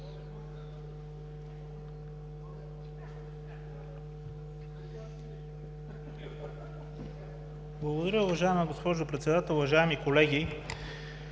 Благодаря, уважаема госпожо Председател. Уважаеми колеги,